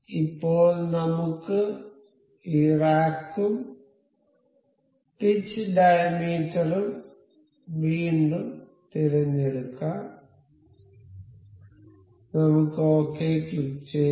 ഇപ്പോൾ നമുക്ക് ഈ റാക്ക് ഉം പിച്ച് ഡയമീറ്റർ ഉം വീണ്ടും തിരഞ്ഞെടുക്കാം നമുക്ക് ഒകെ ക്ലിക്കുചെയ്യും